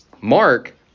Mark